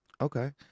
Okay